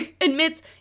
admits